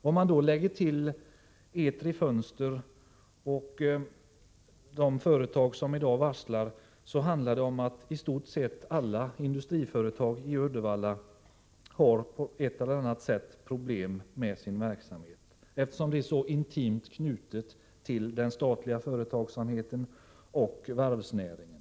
Om man lägger till Etri Fönster och de företag som i dag varslar, handlar det om att i stort sett alla industriföretag i Uddevalla på ett eller annat sätt har problem med sin verksamhet, eftersom den är så intimt knuten till den statliga företagsamheten och varvsnäringen.